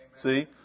See